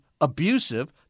abusive